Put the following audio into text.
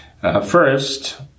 first